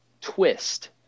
twist